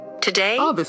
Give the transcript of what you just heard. Today